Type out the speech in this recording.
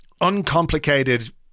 uncomplicated